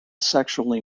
sexually